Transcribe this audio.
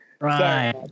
Right